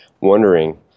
wondering